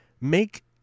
make